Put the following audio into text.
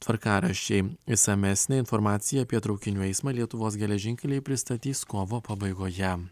tvarkaraščiai išsamesnė informacija apie traukinių eismą lietuvos geležinkeliai pristatys kovo pabaigoje